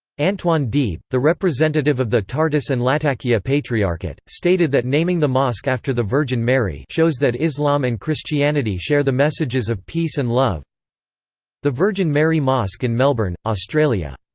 antoine deeb the representative of the tartous and lattakia patriarchate stated that naming the mosque after the virgin mary shows that islam and christianity share the messages of peace and love the virgin mary mosque in melbourne, australia.